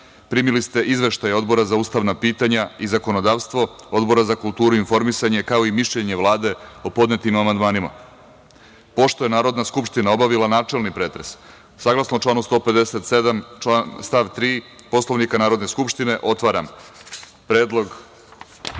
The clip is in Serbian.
Bajrami. Primili ste izveštaje Odbora za ustavna pitanja i zakonodavstvo i Odbora za kulturu i informisanje, kao i mišljenje Vlade o podnetim amandmanima. Pošto je Narodna skupština obavila načelni pretres, saglasno članu 157. stav 3. Poslovnika Narodne skupštine, otvaram pretres